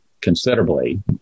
considerably